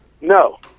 no